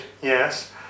yes